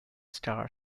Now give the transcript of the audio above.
star